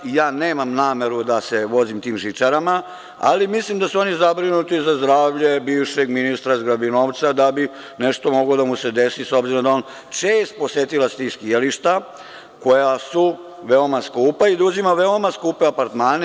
Ja nemam nameru da se vozim tim žičarama, ali mislim da su oni zabrinuti za zdravlje bivšeg ministra zgrabinovca, da bi nešto moglo da mu se desi, s obzirom da je on čest posetilac tih skijališta koja su veoma skupa i da uzima veoma skupe apartmane.